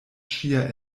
ŝia